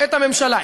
את הממשלה.